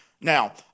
Now